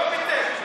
לא ביטל.